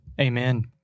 Amen